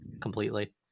completely